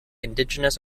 indigenous